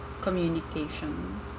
Communication